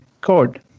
code